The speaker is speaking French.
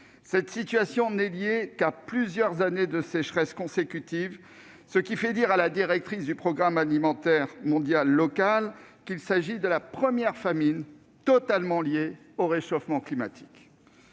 Cette situation n'est liée qu'à plusieurs années de sécheresse consécutives, ce qui fait dire à la directrice de la branche locale du PAM qu'il s'agit de la première famine totalement due au réchauffement climatique.